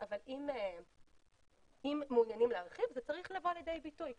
אבל אם מעוניינים להרחיב זה צריך לבוא לידי ביטוי,